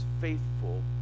faithful